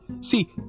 See